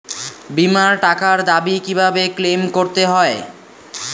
বিমার টাকার দাবি কিভাবে ক্লেইম করতে হয়?